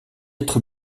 être